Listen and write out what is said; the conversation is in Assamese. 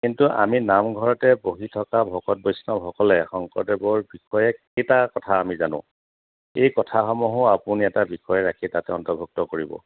কিন্তু আমি নামঘৰতে বহি থকা ভকত বৈষ্ণৱসকলে শংকৰদেৱৰ বিষয়ে কেইটা কথা আমি জানো এই কথাসমূহো আপুনি এটা বিষয় ৰাখি তাতে অন্তৰ্ভুক্ত কৰিব